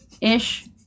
ish